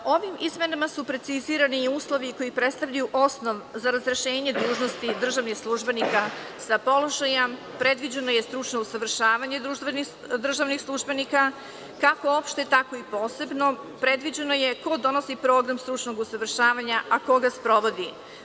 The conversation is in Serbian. Ovim izmenama su precizirani i uslovi koji predstavljaju osnov za razrešenje dužnosti državnih službenika sa položaja predviđeno je stručno usavršavanje državnih službenika, kako opšte tako i posebno predviđeno je ko donosi program stručnog usavršavanja, a ko ga sprovodi.